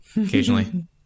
occasionally